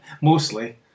Mostly